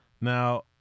Now